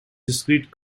discrete